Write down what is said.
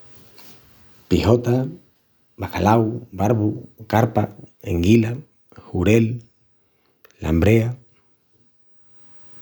Pixota, bacalau, barbu, carpa, enguila, xurel, lambrea.